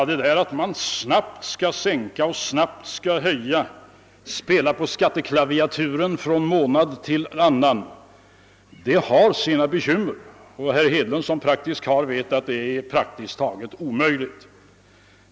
Det där att man snabbt skall kunna sänka och höja, kunna spela på skatteklaviaturen från månad till månad har sina bekymmer, och herr Hedlund som praktisk karl vet att det är nästan omöjligt.